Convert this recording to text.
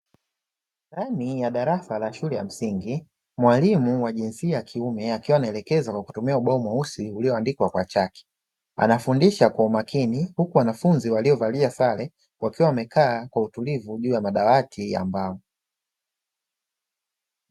Ndani ya darasa la shule ya msingi mwalimu wa jinsia yakiume akiwa anaelekeza kwa kutumia ubao mweusi ulioandikwa kwa chaki, Anafundisha kwa umakini huku wanafunzi walio valia sare wakiwa wamekaa kwa utulivu juu ya madawati ya mbao.